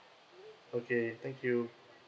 okay thank you